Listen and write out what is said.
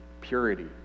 purity